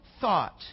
thought